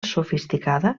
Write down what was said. sofisticada